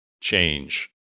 change